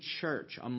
church